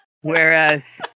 Whereas